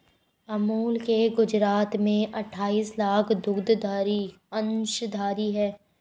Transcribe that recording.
अमूल के गुजरात में अठाईस लाख दुग्धधारी अंशधारी है